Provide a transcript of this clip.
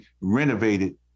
renovated